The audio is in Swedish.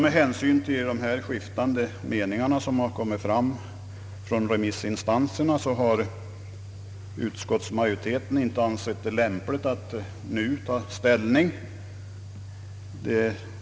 Med hänsyn till de skiftande meningar som kommit fram från remissinstanserna har utskottsmajoriteten inte ansett det lämpligt att nu ta ställning till denna fråga.